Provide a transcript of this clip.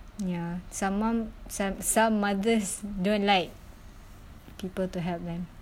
ya some mum som~ some mothers don't like people to help them